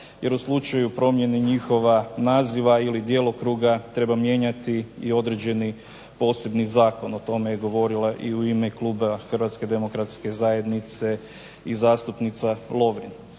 jer u slučaju promjene njihova naziva ili djelokruga treba mijenjati i određeni posebni zakon. O tome je govorila i u ime kluba HDZ-a i zastupnica Lovrin.